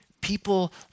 people